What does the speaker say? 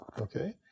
okay